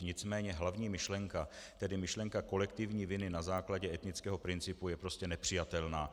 Nicméně hlavní myšlenka, tedy myšlenka kolektivní viny na základě etnického principu, je prostě nepřijatelná.